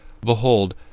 Behold